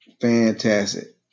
fantastic